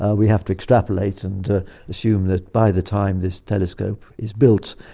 ah we have to extrapolate and assume that by the time this telescope is built,